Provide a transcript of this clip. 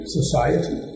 society